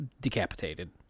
decapitated